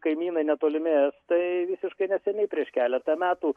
kaimynai netolimi estai visiškai neseniai prieš keletą metų